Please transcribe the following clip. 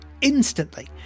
instantly